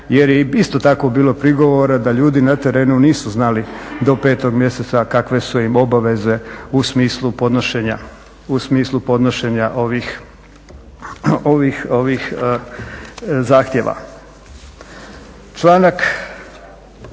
jer je isto tako bilo prigovora da ljudi na terenu nisu znali do 5. mjeseca kakve su im obaveze u smislu podnošenja ovih zahtjeva.